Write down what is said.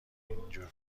اینجور